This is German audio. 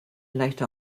leichte